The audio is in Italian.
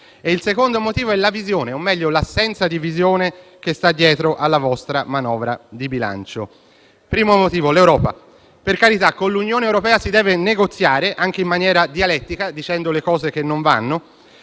il secondo motivo è la visione, o - meglio - l'assenza di visione, che sta dietro alla vostra manovra di bilancio. Mi soffermo sul primo motivo. Per carità, con l'Unione europea si deve negoziare, anche in maniera dialettica, dicendo le cose che non vanno,